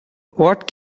what